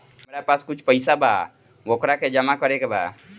हमरा पास कुछ पईसा बा वोकरा के जमा करे के बा?